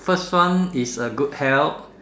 first one is a good health